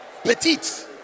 Petite